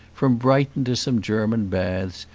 from brighton to some german baths,